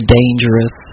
dangerous